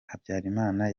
habyarimana